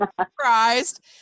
surprised